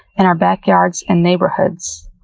and our backyards, and neighborhoods.